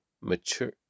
mature